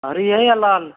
हरी है या लाल